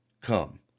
come